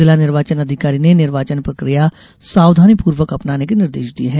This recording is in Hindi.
जिला निर्वाचन अधिकारी ने निर्वाचन प्रक्रिया सावधानी पूर्वक अपनाने के निर्देश दिये हैं